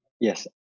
Yes